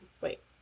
Wait